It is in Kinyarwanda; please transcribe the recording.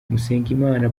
musengimana